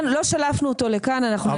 לא שלפנו אותו לכאן, אנחנו ננסה לבדוק אם יש.